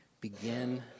begin